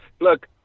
look